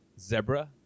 zebra